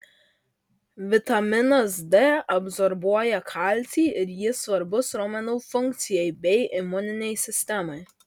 vitaminas d absorbuoja kalcį ir jis svarbus raumenų funkcijai bei imuninei sistemai